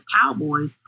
Cowboys